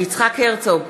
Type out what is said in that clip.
יצחק הרצוג,